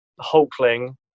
Hulkling